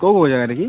କେଉଁ କେଉଁ ଜାଗାରେ କି